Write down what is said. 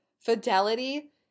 fidelity